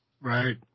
right